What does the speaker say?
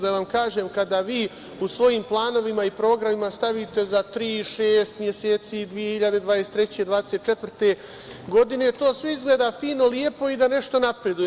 Da vam kažem, kada vi u svojim planovima i programima stavite za tri, šest meseci, 2023, 2024. godine, to sve izgleda fino, lepo i da nešto napreduje.